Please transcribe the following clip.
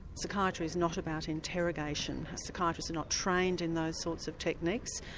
psychiatry is not about interrogation, psychiatrists are not trained in those sorts of techniques.